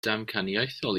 damcaniaethol